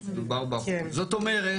זאת אומרת,